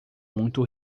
muito